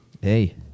Hey